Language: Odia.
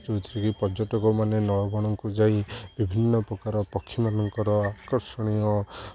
ଯେଉଁଥିରେ କିି ପର୍ଯ୍ୟଟକମାନେ ନଳବଣଙ୍କୁ ଯାଇ ବିଭିନ୍ନ ପ୍ରକାର ପକ୍ଷୀମାନଙ୍କର ଆକର୍ଷଣୀୟ